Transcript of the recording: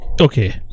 Okay